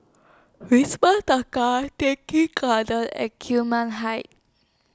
Wisma Tai Keng Gardens and Gillman Heights